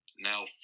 now